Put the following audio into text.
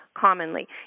commonly